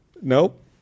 Nope